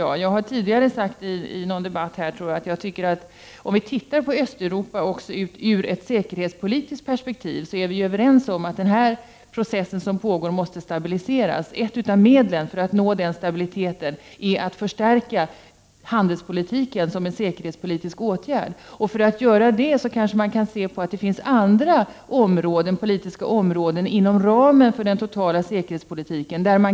Jag har tidigare i någon debatt sagt, att om vi ser på Östeuropa ur ett säkerhetspolitiskt perspektiv är vi överens om att den process som pågår måste stabiliseras. Ett av medlen för att nå stabilitet är att förstärka handelspolitiken som en säkerhetspolitisk åtgärd. För att göra det kan man frigöra pengar på andra politiska områden inom ramen för den totala säkerhetspolitiken.